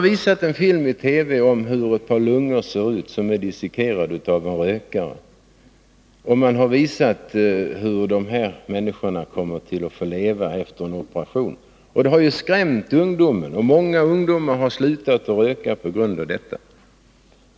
I en film i TV har man visat hur en rökares lungor ser ut när de dissekeras och hur människor får leva efter en operation. Det har skrämt ungdomen, och många har slutat röka på grund av det.